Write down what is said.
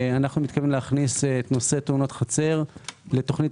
מתכוונים להכניס את נושא תאונות חצר לתוכנית